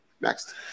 Next